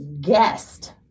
guest